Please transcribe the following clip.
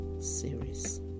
series